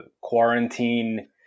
quarantine